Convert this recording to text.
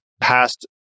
past